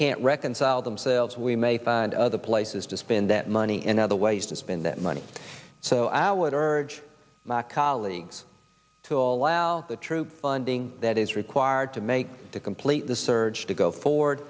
can't reconcile themselves we may find other places to spend that money and other ways to spend that money so i would urge my colleagues to allow the troop funding that is required to make to complete the surge to go forward